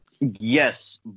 Yes